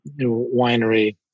winery